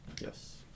yes